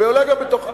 ואולי גם בתור חתן.